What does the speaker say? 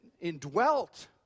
indwelt